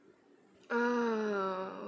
oh